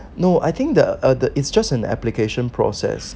no I think the it's just an application process